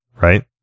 right